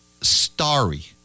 Starry